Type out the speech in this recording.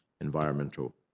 environmental